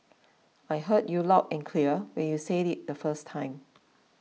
I heard you loud and clear when you said it the first time